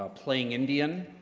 ah playing indian,